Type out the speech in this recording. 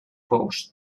pous